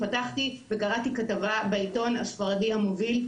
אני פתחתי וקראתי כתבה בעיתון הספרדי המוביל,